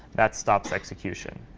that stops execution.